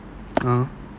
ah